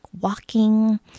walking